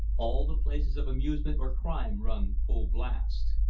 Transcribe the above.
all the places of amusement or crime run full blast.